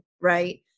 right